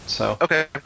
Okay